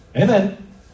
Amen